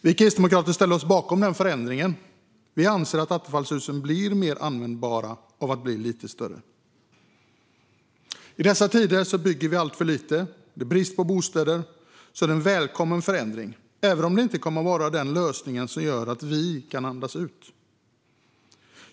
Vi kristdemokrater ställer oss bakom den förändringen. Vi anser att attefallshusen blir mer användbara av att bli lite större. I dessa tider när vi bygger alltför lite och det råder brist på bostäder är detta en välkommen förändring även om den inte kommer att vara den lösning som gör att vi kan andas ut.